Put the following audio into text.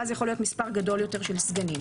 ואז יכול להיות מס' גדול יותר של סגנים.